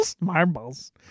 Marbles